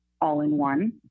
all-in-one